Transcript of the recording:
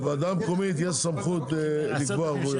לוועדה המקומית יש סמכות לקבוע ערבויות.